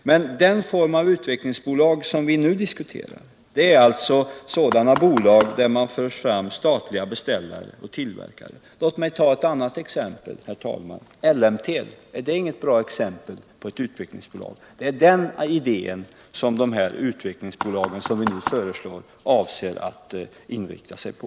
Men den form av utvecklingsbolag vi nu diskuterar består alltså av sådana bolag där man för samman statliga beställare och tillverkare. Låt mig ta ett annat exempel, herr talman. ELLEMTEL, är inte det ett bra exempel på ett utvecklingsbolag? Det är den idén som dessa utvecklingsbolag, som vi nu föreslår, avser att inrikta sig på.